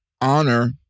honor